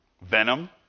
venom